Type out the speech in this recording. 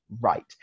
right